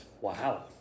Wow